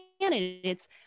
candidates